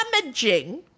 damaging